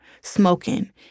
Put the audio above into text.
smoking